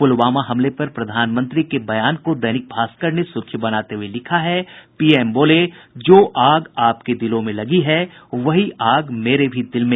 पुलवामा हमले पर प्रधानमंत्री के बयान को दैनिक भास्कर ने सुर्खी बनाते हुये लिखा है पीएम बोले जो आग आपके दिलों में लगी है वही आग मेरे भी दिल में